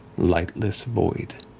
lightless void.